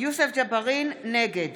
נגד